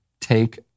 Take